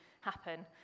happen